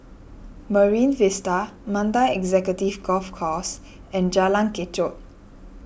Marine Vista Mandai Executive Golf Course and Jalan Kechot